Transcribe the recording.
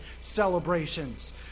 celebrations